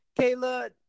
Kayla